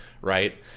right